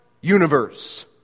universe